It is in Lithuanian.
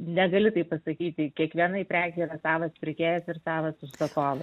negali taip pasakyti kiekvienai prekei yra savas pirkėjas ir savas užsakovas